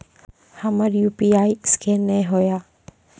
हमर UPI scan नेय हो या?